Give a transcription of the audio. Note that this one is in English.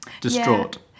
distraught